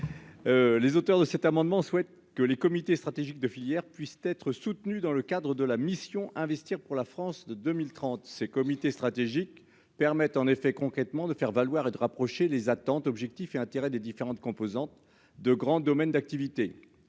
les auteurs de cet amendement, souhaite que les comités stratégiques de filières puissent être soutenus dans le cadre de la mission investir pour la France de 2030, ces comités stratégiques permettent en effet, concrètement, de faire valoir et de rapprocher les attentes objectifs et intérêts des différentes composantes de grands domaines d'activité,